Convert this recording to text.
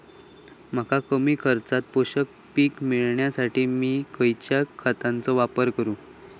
मका कमी खर्चात पोषक पीक मिळण्यासाठी मी खैयच्या खतांचो वापर करू?